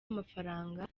amafaranga